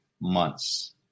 months